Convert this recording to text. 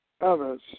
others